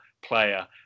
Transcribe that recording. player